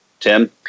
Tim